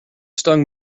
stung